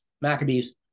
maccabees